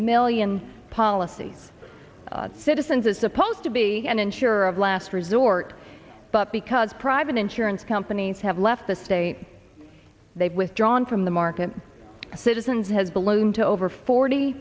million policies citizens is supposed to be an insurer of last resort but because private insurance companies have left the state they've withdrawn from the market citizens has ballooned to over forty